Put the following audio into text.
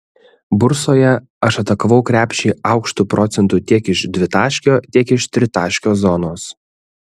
bursoje aš atakavau krepšį aukštu procentu tiek iš dvitaškio tiek iš tritaškio zonos